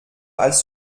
als